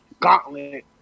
gauntlet